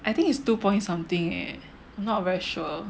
I think is two point something leh I'm not very sure